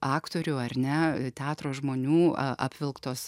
aktorių ar ne teatro žmonių a apvilktos